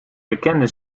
bekende